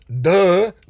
Duh